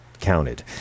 counted